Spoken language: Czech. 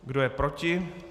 Kdo je proti?